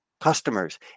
customers